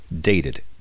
dated